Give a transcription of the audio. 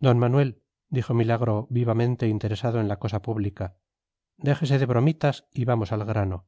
d manuel dijo milagro vivamente interesado en la cosa pública déjese de bromitas y vamos al grano